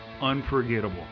unforgettable